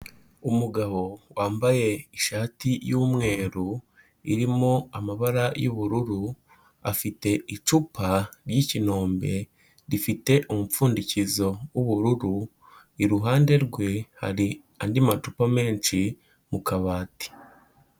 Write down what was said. Umugabo wambaye ishati y'umweru irimo amabara y'ubururu afite icupa ry'ikinombe rifite umupfundikizo w'ubururu, iruhande rwe hari andi macupa menshi mu kabati.